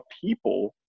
people